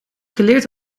geleerd